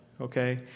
okay